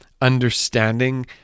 understanding